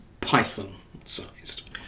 python-sized